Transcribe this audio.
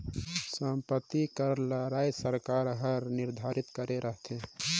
संपत्ति कर ल राएज कर सरकार हर निरधारित करे रहथे